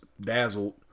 dazzled